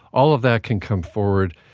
all of that can come forward.